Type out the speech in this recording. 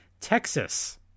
Texas